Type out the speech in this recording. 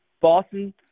Boston